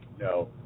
no